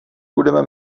budeme